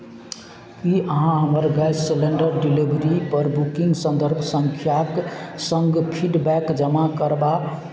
की अहाँ हमर gas cylinder डिलीवरीपर बुकिंग सन्दर्भ सङ्ख्याक सङ्ग फीडबैक जमा करबाक